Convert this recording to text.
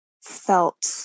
felt